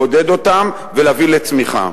לעודד אותם ולהביא לצמיחה.